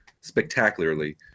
spectacularly